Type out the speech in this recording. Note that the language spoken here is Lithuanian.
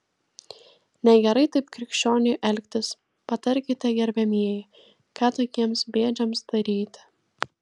negerai taip krikščioniui elgtis patarkite gerbiamieji ką tokiems bėdžiams daryti